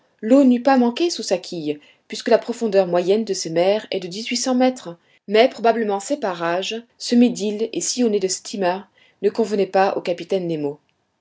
l'eau n'eût pas manqué sous sa quille puisque la profondeur moyenne de ces mers est de dix-huit cents mètres mais probablement ces parages semés d'îles et sillonnés de steamers ne convenaient pas au capitaine nemo